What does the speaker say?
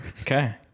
Okay